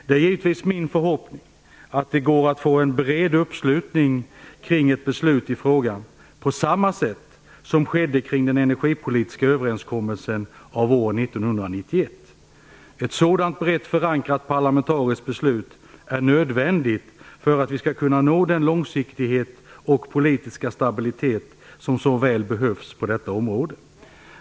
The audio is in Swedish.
Det är givetvis min förhoppning att det går att få en bred uppslutning kring ett beslut i frågan på samma sätt som skedde kring den energipolitiska överenskommelsen av år 1991. Ett sådant brett förankrat parlamentariskt beslut är nödvändigt för att vi skall kunna nå den långsiktighet och politiska stabilitet som så väl behövs på detta område.